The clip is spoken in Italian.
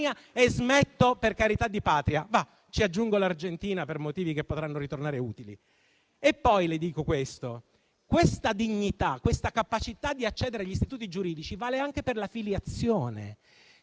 (e smetto per carità di patria). Ci aggiungo l'Argentina, per motivi che potranno ritornare utili. Questa dignità, questa capacità di accedere agli istituti giuridici vale anche per la filiazione: